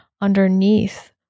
underneath